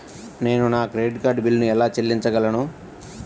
నేను నా credit card బిల్లును ఎలా చెల్లించగలను?